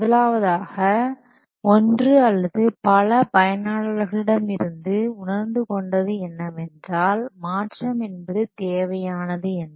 முதலாவதாக 1 அல்லது பல பயனாளர்களிடம் இருந்து உணர்ந்து கொண்டது என்னவென்றால் மாற்றம் என்பது தேவையானது என்று